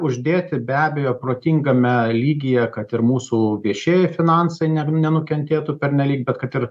uždėti be abejo protingame lygyje kad ir mūsų viešieji finansai nenukentėtų pernelyg bet kad ir